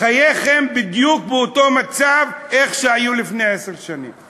בחייכם בדיוק באותו מצב שהיה לפני עשר שנים.